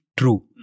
true